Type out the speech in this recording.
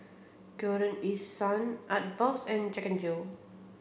Golden East Sun Artbox and Jack Jill